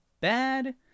bad